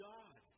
God